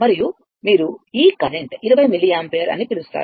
మరియు మీరు ఈ కరెంట్ 20 మిల్లియాంపియర్ అని పిలుస్తారు